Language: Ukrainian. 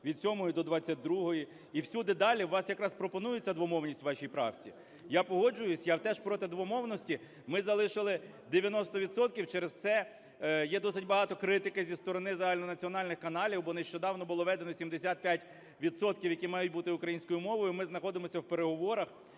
від 7-ї до 22-ї". І всюди далі у вас якраз пропонуються двомовність у вашій правці. Я погоджуюсь. Я теж проти двомовності. Ми залишили 90 відсотків, через це є досить багато критики зі сторони загальнонаціональних каналів, бо нещодавно було введено 75 відсотків, які мають бути українською мовою. Ми знаходимося в переговорах.